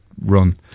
run